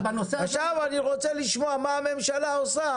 עכשיו אני רוצה לשמוע מה הממשלה עושה